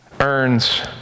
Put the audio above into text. earns